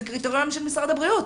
זה קריטריונים של משרד הבריאות.